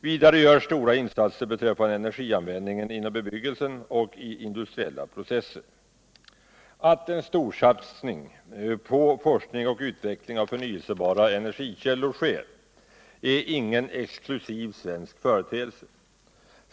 Vidare görs stora insatser beträffande energianviändningen inom bebyggelse och i industriella processer. Au en storsatsning på forskning och utveckling av förnvelsebara energikällor sker är ingen exklusiv svensk företeelse.